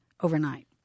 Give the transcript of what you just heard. overnight